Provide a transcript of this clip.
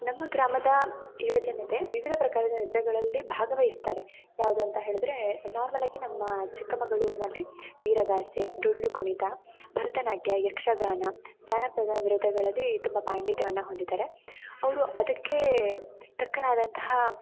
ನಮ್ಮ ಗ್ರಾಮದ ಯುವಜನತೆ ವಿವಿಧ ಪ್ರಕಾರದ ನೃತ್ಯಗಳಲ್ಲಿ ಭಾಗವಹಿಸ್ತಾರೆ ಯಾವುದು ಅಂತ ಹೇಳಿದ್ರೆ ನೊರ್ಮಲಾಗಿ ನಮ್ಮ ಚಿಕ್ಕಮಗಳೂರಿನಲ್ಲಿ ವೀರಗಾಸೆ ಡೊಳ್ಳು ಕುಣಿತ ಭರತನಾಟ್ಯ ಯಕ್ಷಗಾನ ಜಾನಪದ ನೃತ್ಯಗಳಲ್ಲಿ ತುಂಬ ಪಾಂಡಿತ್ಯವನ್ನು ಹೊಂದಿದ್ದಾರೆ ಅವರು ಅದಕ್ಕೆ ತಕ್ಕನಾದಂತಹ